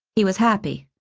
he was happy.